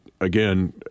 again